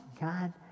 God